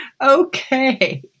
Okay